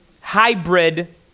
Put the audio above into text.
hybrid